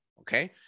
Okay